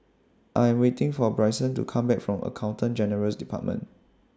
I Am waiting For Brycen to Come Back from Accountant General's department